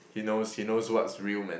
he knows he knows what's real man